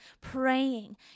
praying